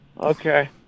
okay